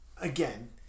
Again